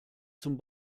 zum